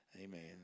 Amen